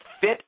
Fit